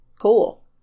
cool